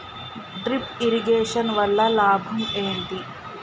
Drip irrigation వల్ల లాభం ఏంటి?